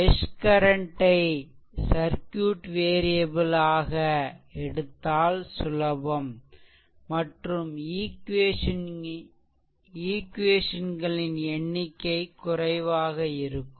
mesh current ஐ circuit variable ஆக எடுத்தால் சுலபம் மற்றும் ஈக்வேஷன் களின் எண்ணிக்கை குறைவாக இருக்கும்